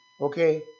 Okay